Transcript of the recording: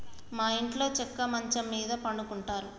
మా ఇంట్లో చెక్క మంచం మీద పడుకుంటారు